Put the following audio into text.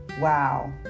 Wow